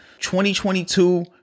2022